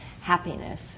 happiness